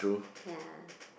ya